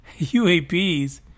UAPs